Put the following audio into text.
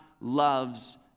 loves